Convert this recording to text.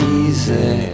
easy